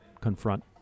confront